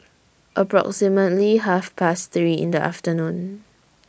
approximately Half Past three in The afternoon